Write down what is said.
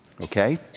Okay